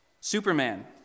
Superman